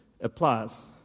applies